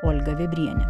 olga vėbrienė